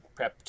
prepped